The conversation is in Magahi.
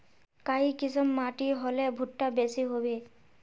काई किसम माटी होले भुट्टा बेसी होबे?